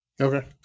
Okay